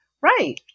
Right